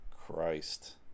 Christ